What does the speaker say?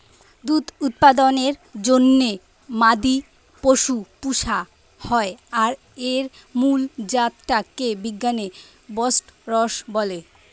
দুধ উৎপাদনের জন্যে মাদি পশু পুশা হয় আর এর মুল জাত টা কে বিজ্ঞানে বস্টরস বলে